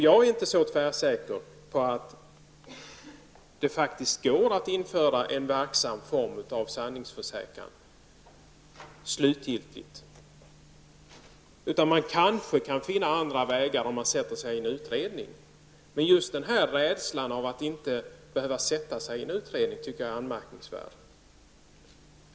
Jag är inte tvärsäker på att det faktiskt går att slutgiltigt införa en verksam form av sanningsförsäkran, utan man kanske kan finna andra vägar om man studerar frågan i en utredning. Men just rädslan för att behöva sätta sig i en utredning är enligt min uppfattning anmärkningsvärd.